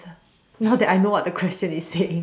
now that I know what the question is saying